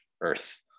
Earth